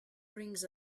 brings